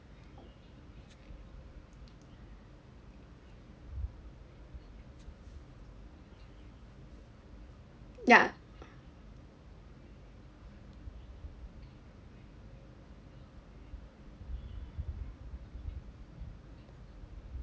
yeah